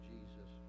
Jesus